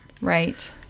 Right